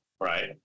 right